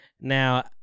Now